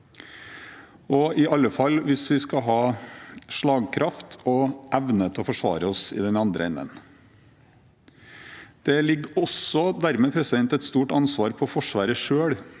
iallfall hvis vi skal ha slagkraft og evne til å forsvare oss i den andre enden. Det ligger også dermed et stort ansvar på Forsvaret selv.